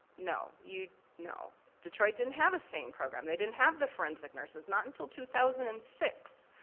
no, you know detroit didn't have a sane program, they didn't have the forensic nurses, not until two thousand and six.